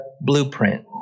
blueprint